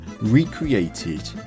recreated